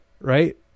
right